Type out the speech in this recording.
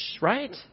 Right